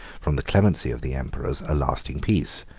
from the clemency of the emperors, a lasting peace,